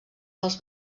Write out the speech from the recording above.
dels